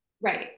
right